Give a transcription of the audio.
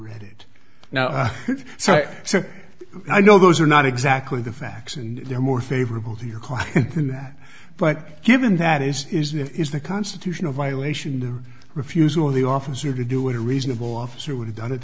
read it now so i know those are not exactly the facts and they're more favorable to your client than that but given that is isn't is the constitutional violation the refusal of the officer to do it a reasonable officer would have done at